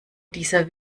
dieser